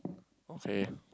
not fair